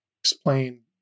explain